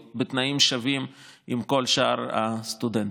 בתנאים שווים עם כל שאר הסטודנטים.